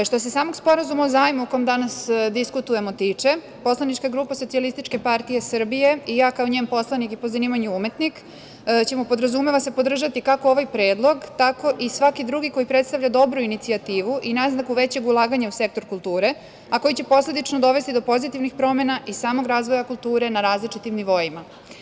Što se samo Sporazuma o zajmu, o kojem danas diskutujemo, tiče, poslanička grupa SPS i ja kao njen poslanik i po zanimanju umetnik, ćemo, podrazumeva se, podržati, kako ovaj predlog, tako i svaki drugi koji predstavlja dobru inicijativu i naznaku većeg ulaganja u sektor kulture, a koji će posledično dovesti do pozitivnih promena i samog razvoja kulture na različitim nivoima.